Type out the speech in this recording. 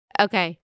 Okay